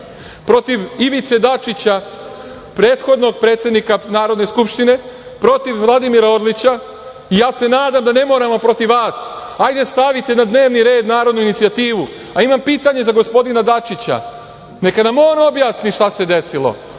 protiv Ivice Dačića, prethodnog predsednika Narodne skupštine, protiv Vladimira Orlića i ja se nadam da ne moramo protiv vas. Hajde stavite na dnevni red Narodnu inicijativu. Imam pitanje za gospodina Dačića. Neka nam on objasni šta se desilo.